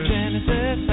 Genesis